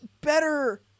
better